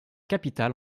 capitale